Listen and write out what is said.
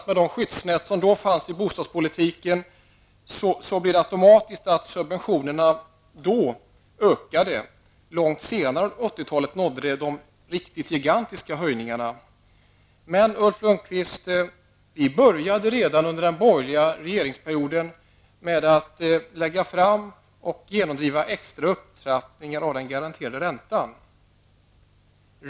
Med det skyddsnät som då fanns inom bostadspolitiken ökade subventionerna automatiskt. Långt senare, under 1980-talet, nådde subventionerna gigantiska höjder. Men, Ulf Lönnqvist, redan under den borgerliga regeringsperioden började vi med att lägga fram förslag och genomföra en extra upptrappning av den garanterade räntan.